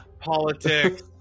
politics